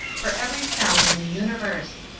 for every sound in the universe.